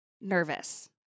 nervous